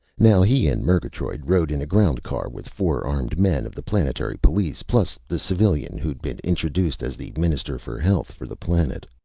now he and murgatroyd rode in a ground car with four armed men of the planetary police, plus the civilian who'd been introduced as the minister for health for the planet.